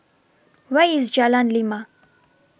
Where IS Jalan Lima